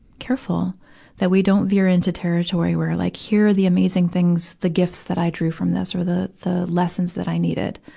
careful that we don't veer into territory where like here are the amazing things, the gifts that i drew from this, or the, the lessons that i needed.